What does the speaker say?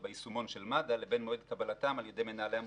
ביישומון של מד"א לבין מועד קבלתם על ידי מנהלי המוסדות,